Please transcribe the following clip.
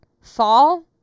Fall